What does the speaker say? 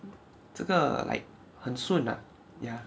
这个 like 很顺 ah ya